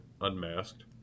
unmasked